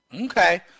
Okay